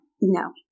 no